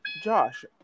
Josh